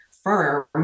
firm